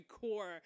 core